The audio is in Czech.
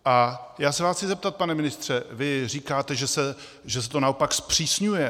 A já se vás chci zeptat, pane ministře vy říkáte, že se to naopak zpřísňuje.